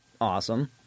Awesome